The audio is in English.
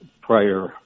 prior